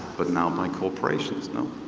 but now by corporations, no?